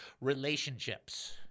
relationships